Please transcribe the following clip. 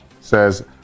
says